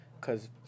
cause